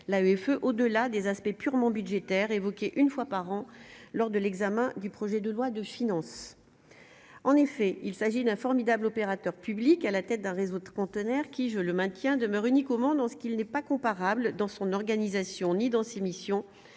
l'AFE, au-delà des aspects purement budgétaire évoqué une fois par an lors de l'examen du projet de loi de finances, en effet, il s'agit d'un formidable opérateur public à la tête d'un réseau de containers qui, je le maintiens demeure unique au monde en ce qu'il n'est pas comparable dans son organisation, ni dans ses missions